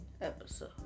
episode